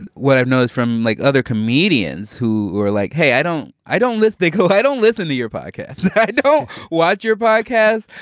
and what i've knows from like other comedians who are like hey i don't i don't listen like because i don't listen to your pocket i know what your bike has.